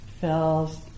fills